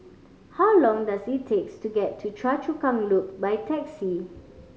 how long does it takes to get to Choa Chu Kang Loop by taxi